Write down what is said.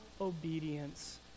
obedience